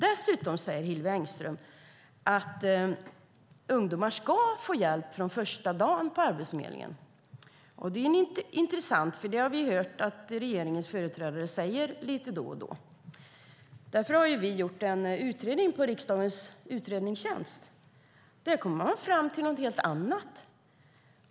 Hillevi Engström säger att ungdomar ska få hjälp från första dagen på Arbetsförmedlingen. Det har vi hört regeringens företrädare säga då och då. Vi har därför låtit riksdagens utredningstjänst göra en utredning, och den kom fram till något helt annat.